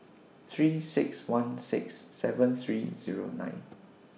three six one six seven three Zero nine